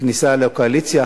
הכניסה לקואליציה.